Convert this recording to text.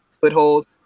foothold